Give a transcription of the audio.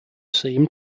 seem